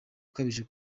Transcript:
ukabije